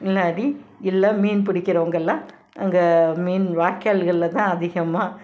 இல்லாட்டி இல்லை மீன் பிடிக்கிறவங்கள்லாம் அங்கே மீன் வாய்க்கால்களில்தான் அதிகமாக